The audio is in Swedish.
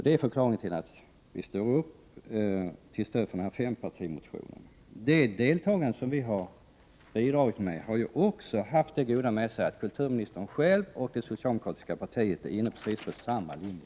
Det är förklaringen till att vi stod upp till stöd för fempartimotionen. Det deltagande som vi har bidragit med har ju också haft det goda med sig att kulturministern själv och det socialdemokratiska partiet har kommit in på precis samma linje.